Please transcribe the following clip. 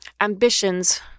ambitions